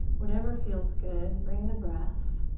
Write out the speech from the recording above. whatever feels good. bring the breath.